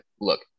Look